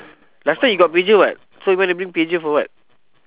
last time you got pager [what] so you want to bring pager for what